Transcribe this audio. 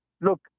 Look